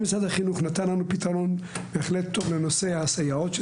משרד החינוך נתן לנו פתרון טוב בהחלט לנושא הסייעות,